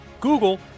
Google